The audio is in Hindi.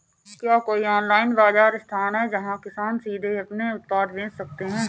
क्या कोई ऑनलाइन बाज़ार स्थान है जहाँ किसान सीधे अपने उत्पाद बेच सकते हैं?